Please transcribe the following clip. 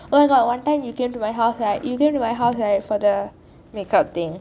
oh my god one time you came to my house right you came to my house right for the makeup thing